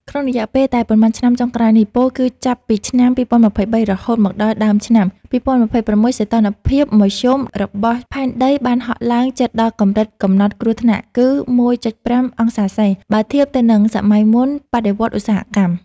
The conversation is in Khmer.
ក្នុងរយៈពេលតែប៉ុន្មានឆ្នាំចុងក្រោយនេះ ពោលគឺចាប់ពីឆ្នាំ ២០២៣ រហូតមកដល់ដើមឆ្នាំ ២០២៦ សីតុណ្ហភាពមធ្យមរបស់ផែនដីបានហក់ឡើងជិតដល់កម្រិតកំណត់គ្រោះថ្នាក់គឺ 1.5 អង្សារសេ បើធៀបទៅនឹងសម័យមុនបដិវត្តន៍ឧស្សាហកម្ម។